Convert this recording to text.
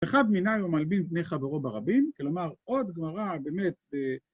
‫אחד מנין הוא מלבין את פני חברו ברבים, ‫כלומר, עוד גמרא באמת...